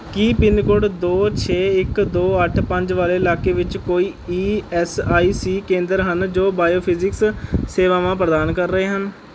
ਕੀ pin code ਦੋ ਛੇ ਇੱਕ ਦੋ ਅੱਠ ਪੰਜ ਵਾਲੇ ਇਲਾਕੇ ਵਿੱਚ ਕੋਈ ਈ ਐੱਸ ਆਈ ਸੀ ਕੇਂਦਰ ਹਨ ਜੋ ਬਾਇਓਫਿਜ਼ਿਕਸ ਸੇਵਾਵਾਂ ਪ੍ਰਦਾਨ ਕਰ ਰਹੇ ਹਨ